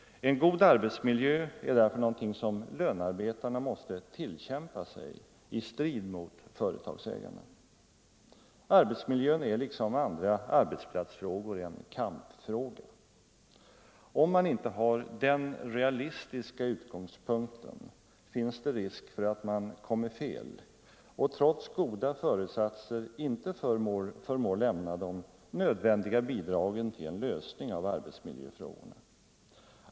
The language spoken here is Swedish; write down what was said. En god arbetsmiljö är därför något som lönarbetarna måste tillkämpa sig i strid mot företagsägarna. Arbetsmiljön är liksom andra arbetsplatsfrågor en kampfråga. Om man inte har denna realistiska utgångspunkt finns det risk för att man kommer fel och trots goda föresatser inte förmår lämna de nödvändiga bidragen till en lösning av arbetsmiljöfrågorna.